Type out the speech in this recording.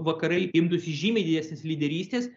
vakarai imtųsi žymiai didesnės lyderystės